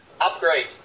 upgrade